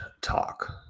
talk